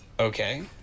Okay